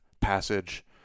passage